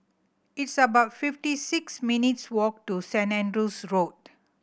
it's about fifty six minutes' walk to Saint Andrew's Road